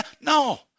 No